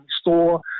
store